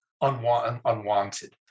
unwanted